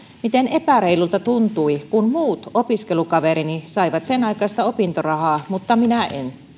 miten epäreilulta tuntui kun muut opiskelukaverini saivat sen aikaista opintorahaa mutta minä en